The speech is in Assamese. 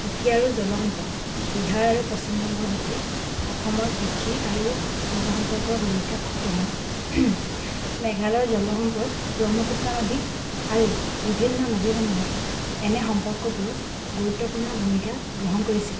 কৃষি আৰু জলসম্পদ বিহাৰ আৰু পশ্চিমবংগৰ সৈতে অসমৰ কৃষি আৰু জলসম্পৰ্কৰ সুৰক্ষা খুব প্ৰধান মেঘালয়ৰ জলসম্পদ ব্ৰহ্মপুত্ৰ নদী আৰু বিভিন্ন নদীসমূহে এনে সম্পৰ্কবোৰত গুৰুত্বপূৰ্ণ ভূমিকা গ্ৰহণ কৰিছিল